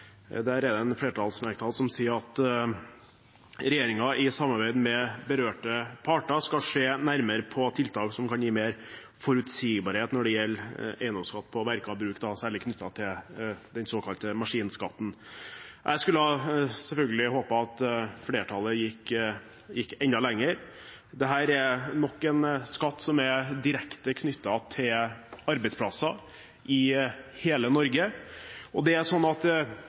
Der er det en flertallsmerknad som sier at regjeringen i samarbeid med berørte parter skal se nærmere på tiltak som kan gi mer forutsigbarhet når det gjelder eiendomsskatt på verk og bruk, særlig knyttet til den såkalte maskinskatten. Jeg hadde selvfølgelig håpet at flertallet gikk enda lenger. Dette er nok en skatt som er direkte knyttet til arbeidsplasser i hele Norge. Hvis vi mener noe med f.eks. et reelt grønt skifte, kan det ikke være sånn at